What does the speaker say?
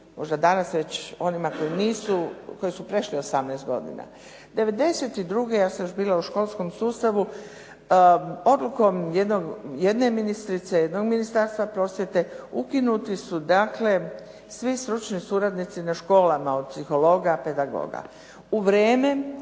možda danas već onima koji su prešli 18 godina. 92. ja sam još bila u školskom sustavu odlukom jedne ministrice jednog Ministarstva prosvjete ukinuli su dakle svi stručni suradnici na školama od psihologa, pedagoga.